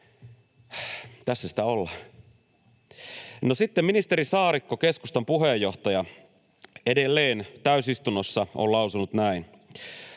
Tässä sitä ollaan. No, sitten ministeri Saarikko, keskustan puheenjohtaja, edelleen täysistunnossa on lausunut näin: